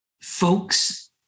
folks